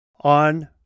on